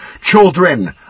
children